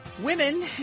Women